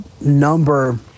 number